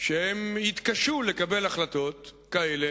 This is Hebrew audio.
שהם יתקשו לקבל החלטות כאלה